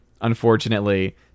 unfortunately